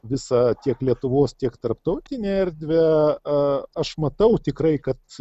visą tiek lietuvos tiek tarptautinę erdvę aš matau tikrai kad